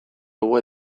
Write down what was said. dugu